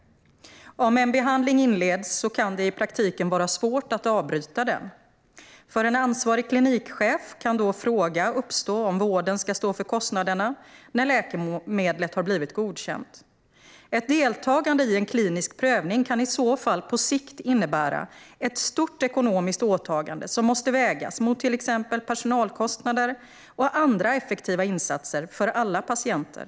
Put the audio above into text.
Om en behandling inleds kan det i praktiken vara svårt att avbryta den. För en ansvarig klinikchef kan då frågan uppstå om vården ska stå för kostnaderna när läkemedlet har blivit godkänt. Ett deltagande i en klinisk prövning kan i så fall på sikt innebära ett stort ekonomiskt åtagande som måste vägas mot till exempel personalkostnader och andra effektiva insatser för alla patienter.